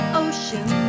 ocean